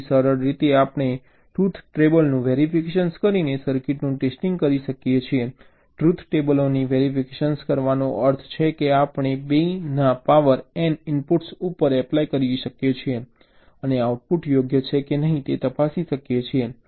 તેથી સરળ રીતે આપણે ટ્રુથ ટેબલનું વેરિફિકેશન કરીને સર્કિટનું ટેસ્ટિંગ કરી શકીએ છીએ ટ્રુથ ટેબલોની વેરિફિકેશન કરવાનો અર્થ છે કે આપણે બે ના પાવર N ઇનપુટ્સ ઉપર એપ્લાય કરી શકીએ છીએ અને આઉટપુટ યોગ્ય છે કે નહીં તે તપાસી શકીએ છીએ